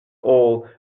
all